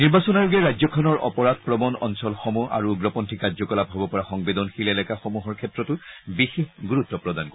নিৰ্বাচন আয়োগে ৰাজ্যখনৰ অপৰাধ প্ৰবন অঞ্চলসমূহ আৰু উগ্ৰপন্থী কাৰ্যকলাপ হ'ব পৰা সংবেদনশীল এলেকাসমূহৰ ক্ষেত্ৰতো বিশেষ গুৰুত্ব প্ৰদান কৰে